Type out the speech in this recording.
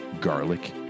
garlic